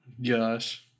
Yes